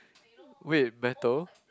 wait metal